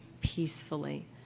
peacefully